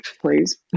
please